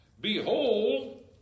Behold